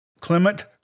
Clement